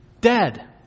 Dead